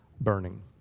burning